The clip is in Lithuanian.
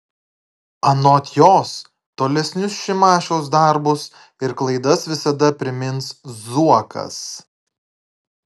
anot jos tolesnius šimašiaus darbus ir klaidas visada primins zuokas